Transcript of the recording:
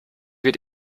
wird